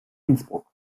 innsbruck